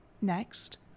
Next